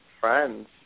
friends